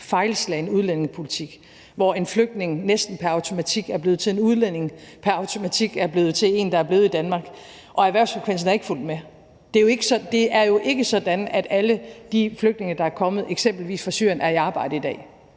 fejlslagen udlændingepolitik, hvor en flygtning næsten pr. automatik er blevet til en udlænding, pr. automatik er blevet til en, der er blevet i Danmark, og erhvervsfrekvensen er ikke fulgt med. Det er jo ikke sådan, at alle de flygtninge, der er kommet eksempelvis fra Syrien, er i arbejde i dag.